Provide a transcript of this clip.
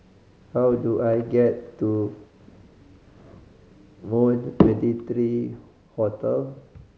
how do I get to Moon Twenty three Hotel